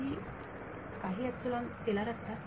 विद्यार्थी काही एपसिलोन हे स्केलार असतात